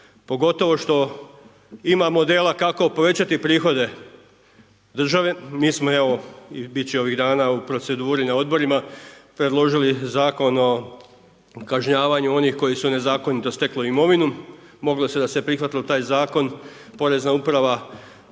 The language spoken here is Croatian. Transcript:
Pogotovo što ima modela kako povećati prihode države, mi smo evo i biti će ovih dana u proceduri na odborima predložili zakon o kažnjavanju onih koji su nezakonito stekli imovinu. Moglo se da se prihvatilo taj zakon porezna uprava